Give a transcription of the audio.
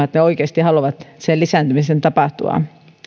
että he oikeasti haluavat sen lisääntymisen tapahtuvan